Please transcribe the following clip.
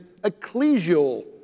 ecclesial